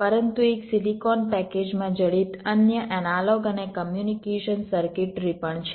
પરંતુ એક silicon package માં જડિત અન્ય એનાલોગ અને કમ્યુનિકેશન સર્કિટરી પણ છે